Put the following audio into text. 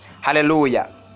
hallelujah